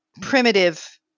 primitive